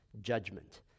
judgment